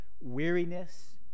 weariness